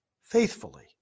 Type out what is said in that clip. faithfully